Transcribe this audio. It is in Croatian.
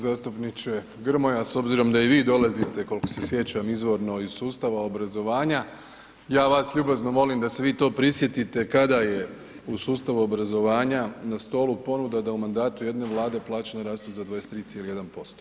Zastupniče Grmoja s obzirom da i vi dolazite koliko se sjećam izvorno iz sustava obrazovanja, ja vas ljubazno molim da se vi to prisjetite kada je u sustavu obrazovanja na stolu ponuda da u mandatu jedne Vlade plaća naraste za 23,1%